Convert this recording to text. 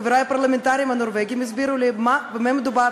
חברי הפרלמנטרים הנורבגים יסבירו לי במה מדובר